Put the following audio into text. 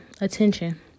attention